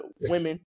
women